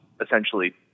essentially